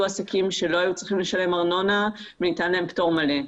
עסקים שלא היו צריכים לשלם ארנונה וניתן להם פטור מלא.